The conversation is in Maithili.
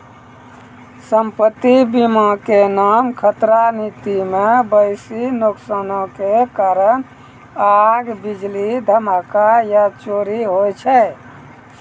सम्पति बीमा के नाम खतरा नीति मे बेसी नुकसानो के कारण आग, बिजली, धमाका या चोरी होय छै